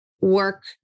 work